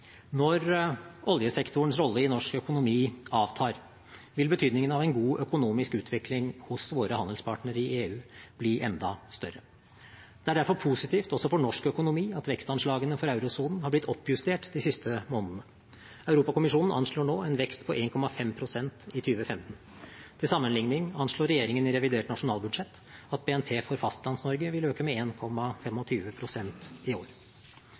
Når oljesektorens rolle i norsk økonomi avtar, vil betydningen av en god økonomisk utvikling hos våre handelspartnere i EU bli enda større. Det er derfor positivt også for norsk økonomi at vekstanslagene for eurosonen har blitt oppjustert de siste månedene. Europakommisjonen anslår nå en vekst på 1,5 pst. i 2015. Til sammenligning anslår regjeringen i revidert nasjonalbudsjett at BNP for Fastlands-Norge vil øke med 1,25 pst. i år.